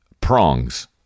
prongs